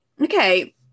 okay